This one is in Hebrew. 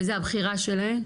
וזה הבחירה שלהם?